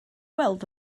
weld